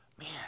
Man